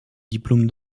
diplôme